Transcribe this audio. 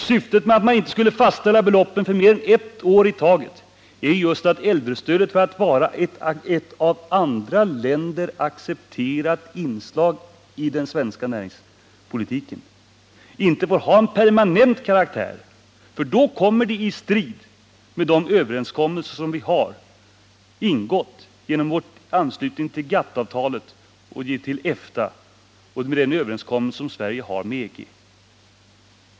Syftet med att inte fastställa beloppet för mer än ett år i taget är just att äldrestödet för att vara ett av andra länder accepterat inslag i den svenska näringspolitiken inte får ha permanent karaktär — då strider det mot de överenskommelser vi har ingått genom vår anslutning till GATT-avtalet och till EFTA och mot de överenskommelser som Sverige har med EG.